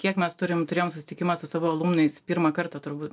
kiek mes turim turėjom susitikimą su savo alumnais pirmą kartą turbūt